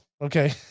okay